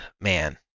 Man